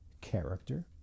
character